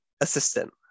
Assistant